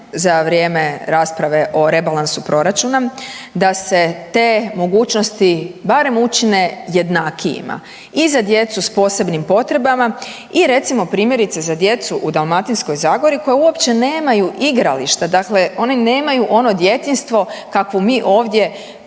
za vrijeme rasprave o Rebalansu proračuna da se te mogućnosti barem učine jednakijima i za djecu s posebnim potrebama i recimo primjerice za djecu u Dalmatinskoj zagori koja uopće nemaju igrališta. Dakle, oni nemaju ono djetinjstvo kakvu mi ovdje